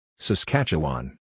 Saskatchewan